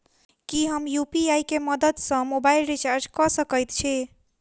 की हम यु.पी.आई केँ मदद सँ मोबाइल रीचार्ज कऽ सकैत छी?